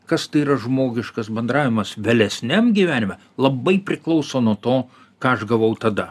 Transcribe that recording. kas tai yra žmogiškas bendravimas vėlesniam gyvenime labai priklauso nuo to ką aš gavau tada